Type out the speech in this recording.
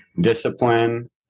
discipline